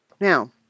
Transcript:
Now